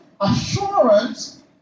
assurance